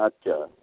আচ্ছা